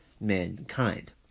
mankind